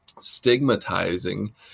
stigmatizing